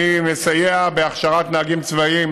אני מסייע בהכשרת נהגים צבאיים